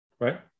Right